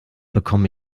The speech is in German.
bekomme